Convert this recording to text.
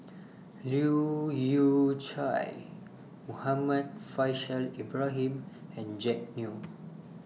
Leu Yew Chye Muhammad Faishal Ibrahim and Jack Neo